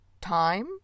Time